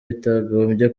batagombye